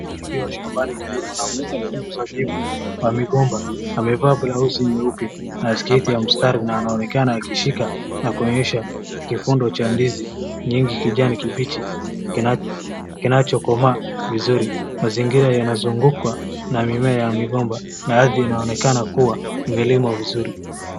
Akiwa shambani karibu na mzabibu wa migomba , amevaa blausi nyeupe na sketi ya mstari na anonekana akishika na kuonyesha kifundo cha ndizi nyingi kijani kibichi ,kinacho komaa vizuri .Mazingira yanazungukwa na mimea ya migomba na ardhi inaonekana kuwa imelimwa vizuri .